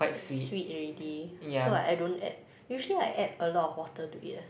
is sweet already so I I don't add usually I add a lot of water to it eh